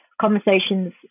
conversations